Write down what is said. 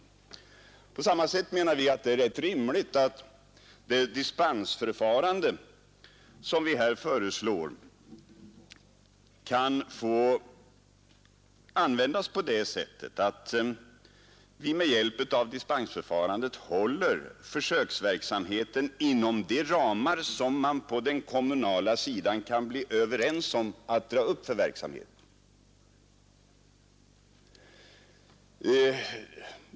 På samma sätt menar vi att det är rätt rimligt att det dispensförfarande som vi här föreslår kan få användas på det sättet att vi med hjälp av dispensförfarandet håller försöksverksamheten inom de ramar som man på den kommunala sidan kan bli överens om att dra upp för verksamheten.